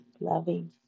loving